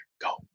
Go